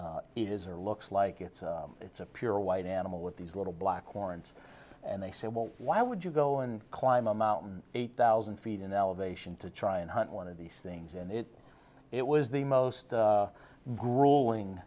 is or looks like it it's a pure white animal with these little black warrants and they say well why would you go and climb a mountain eight thousand feet in elevation to try and hunt one of these things and it it was the most grueling